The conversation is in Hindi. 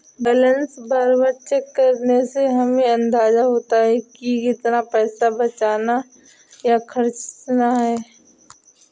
बैलेंस बार बार चेक करने से हमे अंदाज़ा होता है की कितना पैसा बचाना या खर्चना है